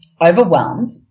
overwhelmed